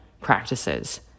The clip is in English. practices